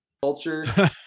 culture